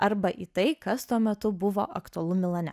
arba į tai kas tuo metu buvo aktualu milane